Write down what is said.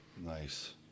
Nice